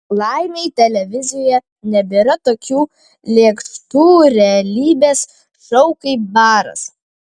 laimei televizijoje nebėra tokių lėkštų realybės šou kaip baras